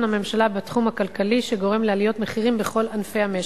הממשלה בתחום הכלכלי שגורם לעליות מחירים בכל ענפי המשק.